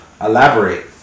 Elaborate